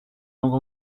langue